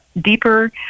deeper